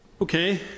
Okay